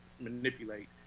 manipulate